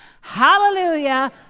hallelujah